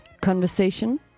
conversation